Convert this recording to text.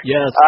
Yes